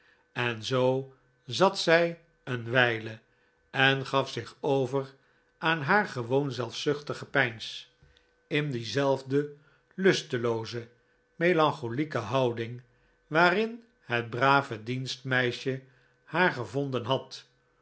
en zoo zat zij een wijle en gaf zich over aan haar gewoon zelfzuchtig gepeins in diezelfde lustelooze melancholieke houding waarin het brave dienstmeisje haar gevonden had